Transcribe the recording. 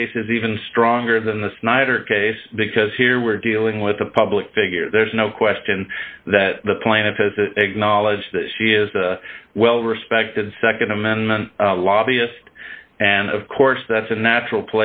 case is even stronger than the snyder case because here we're dealing with a public figure there's no question that the plaintiff has a knowledge that she is a well respected nd amendment lobbyist and of course that's a natural